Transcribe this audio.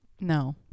No